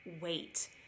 wait